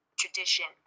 tradition